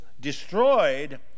destroyed